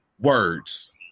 Words